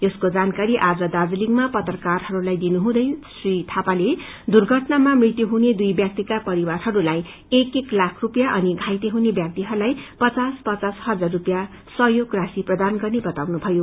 यसको जानकारी आज दार्जीलिङमा पत्रकारहरूलाई दिनु हुँदै श्री थापाले दुर्घटनामा मृत्यु हुने दुई व्यक्तिका परिवारहरूलाई एक एक लाख रूपियाँ अनि घाइते हुने व्यक्तिहरूलाई पचास पचास हजार रूपियाँ सहयोग राशी प्रदान गर्ने बताउनु भयो